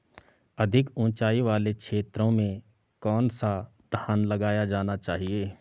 अधिक उँचाई वाले क्षेत्रों में कौन सा धान लगाया जाना चाहिए?